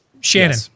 Shannon